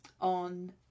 on